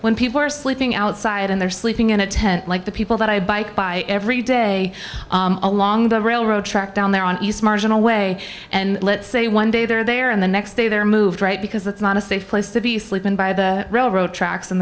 when people are sleeping outside and they're sleeping in a tent like the people that i bike by every day along the railroad track down there on east original way and let's say one day there they are and the next day they're moved right because it's not a safe place to be sleeping by the railroad tracks and